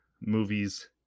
movies